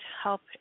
help